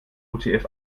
utf